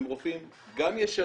הם רופאים גם ישרים,